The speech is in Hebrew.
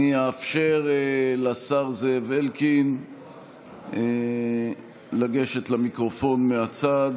אאפשר לשר זאב אלקין לגשת למיקרופון מהצד